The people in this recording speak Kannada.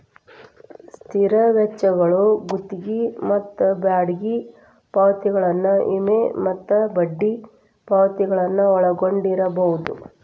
ಸ್ಥಿರ ವೆಚ್ಚಗಳು ಗುತ್ತಿಗಿ ಮತ್ತ ಬಾಡಿಗಿ ಪಾವತಿಗಳನ್ನ ವಿಮೆ ಮತ್ತ ಬಡ್ಡಿ ಪಾವತಿಗಳನ್ನ ಒಳಗೊಂಡಿರ್ಬಹುದು